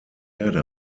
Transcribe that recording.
erde